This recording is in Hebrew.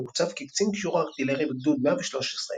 הוא הוצב כקצין קישור ארטילרי בגדוד 113,